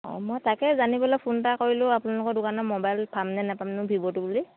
অঁ মই তাকে জানিবলৈ ফোন এটা কৰিলোঁ আপোনালোকৰ দোকানত মোবাইল পামনে নাপামনো ভিভ'টো বুলি